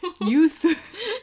Youth